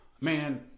Man